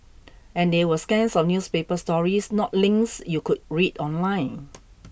and they were scans of newspaper stories not links you could read online